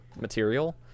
material